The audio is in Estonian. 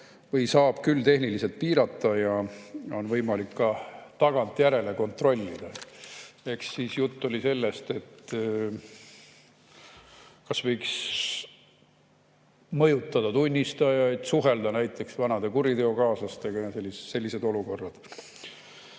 saab küll tehniliselt piirata ja on võimalik ka tagantjärele kontrollida. Ehk siis jutt oli sellest, kas võiks mõjutada tunnistajaid, suhelda näiteks vanade kuriteokaaslastega, sellised olukorrad.